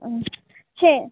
చేయి